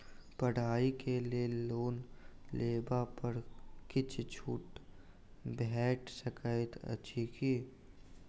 पढ़ाई केँ लेल लोन लेबऽ पर किछ छुट भैट सकैत अछि की?